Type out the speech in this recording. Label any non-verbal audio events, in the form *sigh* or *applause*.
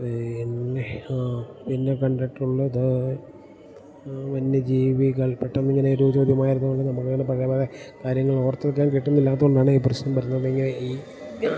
പിന്നെ ആ പിന്നെ കണ്ടിട്ടുള്ളത് വന്യ ജീവികൾ പെട്ടെന്ന് ഇങ്ങനെ ഒരു *unintelligible* നമുക്കങ്ങനെ പഴയപഴയ കാര്യങ്ങളോർത്തെടുക്കാൻ കിട്ടുന്നില്ലാത്ത കൊണ്ടാണ് ഈ പ്രശ്നം പറഞ്ഞത് കൊണ്ട് ഈ